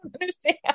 understand